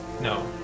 No